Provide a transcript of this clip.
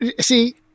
See